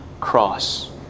cross